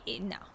No